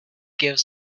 gives